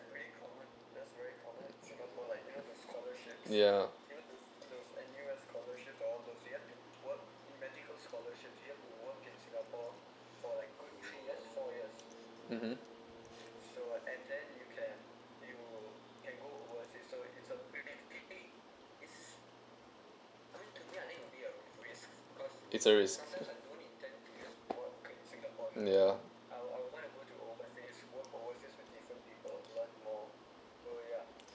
ya mmhmm it's a risk yeah